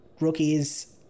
rookies